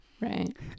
Right